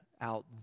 out